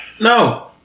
No